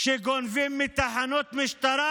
שגונבים מתחנות משטרה?